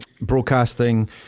broadcasting